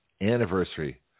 anniversary